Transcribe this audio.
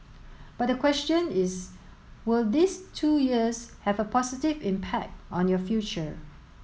but the question is will these two years have a positive impact on your future